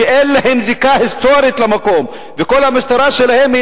שאין להם זיקה היסטורית למקום וכל המטרה שלהם היא